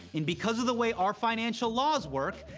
and because of the way our financial laws work,